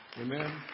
Amen